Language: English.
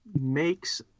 makes